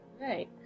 Right